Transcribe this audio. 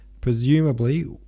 Presumably